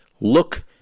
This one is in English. look